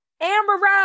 Amber